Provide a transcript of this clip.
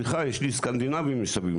סליחה יש לי סקנדינבים מסביב,